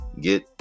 get